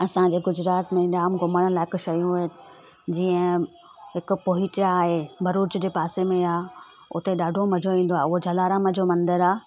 असांजे गुजरात में जाम घुमण लाइक़ु शयूं आहिनि जीअं हिकु पोहिच आहे भरूच जे पासे में आहे उते ॾाढो मज़ो ईंदो आहे उहा जलाराम जो मंदरु आहे